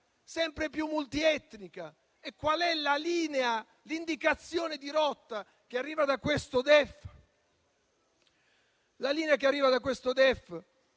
e multietnica? E quali sono la linea e l'indicazione di rotta che arrivano da questo DEF? La linea che arriva da questo DEF